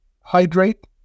Hydrate